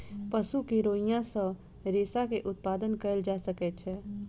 पशु के रोईँयाँ सॅ रेशा के उत्पादन कयल जा सकै छै